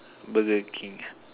Burger-King ah